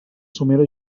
somera